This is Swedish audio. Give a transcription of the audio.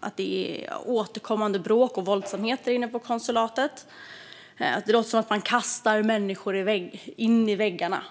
att de hör återkommande bråk och våldsamheter inne på konsulatet. Det låter som om man kastar in människor i väggarna.